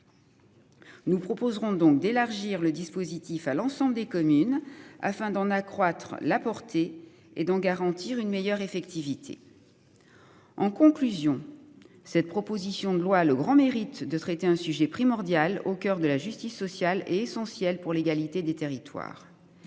Nous proposerons donc d'élargir le dispositif à l'ensemble des communes, afin d'en accroître la portée et d'en garantir une meilleure effectivité. En conclusion, cette proposition de loi. Le grand mérite de traiter un sujet primordial au coeur de la justice sociale est essentielle pour l'égalité des territoires.